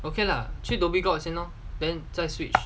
okay lah 去 dhoby ghaut 先 lor then 再 switch